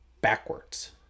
backwards